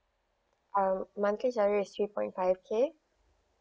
ah monthly salary is three point five K